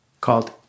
called